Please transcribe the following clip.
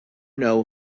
know